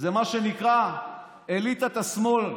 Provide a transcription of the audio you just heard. מה שנקרא אליטת השמאל,